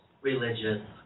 religious